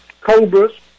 cobras